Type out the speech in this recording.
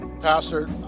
pastor